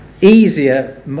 easier